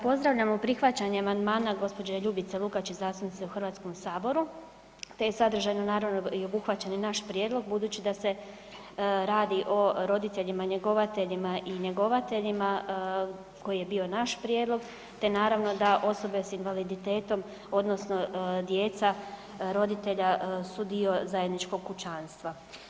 Pozdravljamo prihvaćanje amandmana gđe. Ljubice Lukačić i zastupnice u HS, te je sadržajno naravno i obuhvaćen i naš prijedlog budući da se radi o roditeljima njegovateljima i njegovateljima koji je bio naš prijedlog, te naravno da osobe s invaliditetom odnosno djeca roditelja su dio zajedničkog kućanstva.